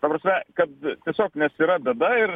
ta prasme kad tiesiog nes yra bėda ir